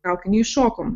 traukinį įšokom